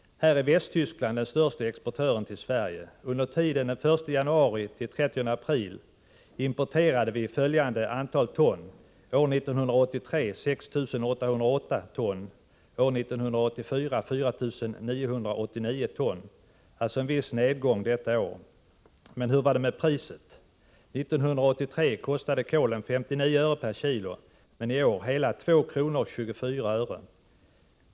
Här är Västtyskland den störste exportören till Sverige. Under tiden den 1 januari-den 30 april importerade vi 6 808 ton år 1983 och 4 989 ton år 1984, alltså en viss nedgång. Men hur var det med priset? År 1983 kostade kålen 59 öre per kilo, men i år kostade den hela 2:24 kr.